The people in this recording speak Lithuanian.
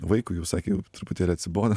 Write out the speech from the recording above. vaikui jau sakė jau truputį atsibodo